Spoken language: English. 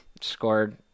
Scored